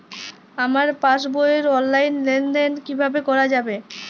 আমার পাসবই র অনলাইন লেনদেন কিভাবে করা যাবে?